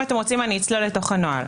ואם אתם רוצים אני אצלול לתוך הנוהל.